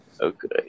Okay